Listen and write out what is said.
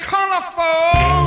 Colorful